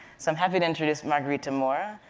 so i'm happy to introduce margarita mora,